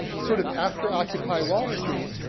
sort of after occupy wall street,